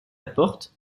porte